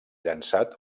llançat